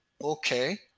okay